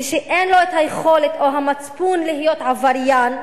מי שאין לו היכולת או המצפון להיות עבריין,